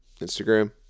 Instagram